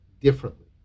differently